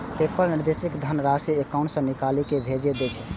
PayPal निर्दिष्ट धनराशि account सं निकालि कें भेज दै छै